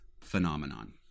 phenomenon